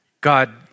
God